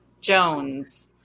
Jones